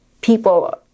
people